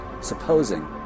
Supposing